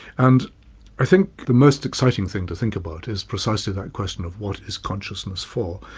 and i think the most exciting thing to think about is precisely that question of what is consciousness for.